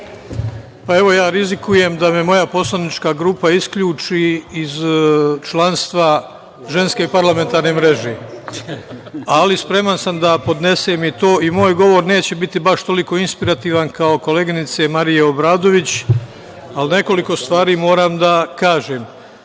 Perić** Ja rizikujem da me moja poslanička grupa isključi iz članstva Ženske parlamentarne mreže, ali spreman sam da podnesem to i moj govor neće biti baš toliko inspirativan kao koleginice Marije Obradović, ali nekoliko stvari moram da kažem. Vi